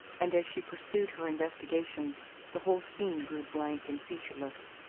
and as she pursued her investigations the whole scene grew blank and featureless.